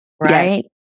right